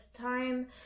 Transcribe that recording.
time